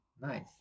Nice